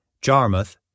Jarmuth